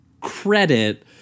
credit